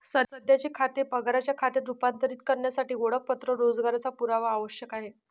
सध्याचे खाते पगाराच्या खात्यात रूपांतरित करण्यासाठी ओळखपत्र रोजगाराचा पुरावा आवश्यक आहे